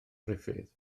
ruffydd